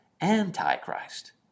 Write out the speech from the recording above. anti-Christ